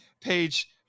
page